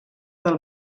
del